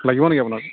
লাগিব নেকি আপোনাক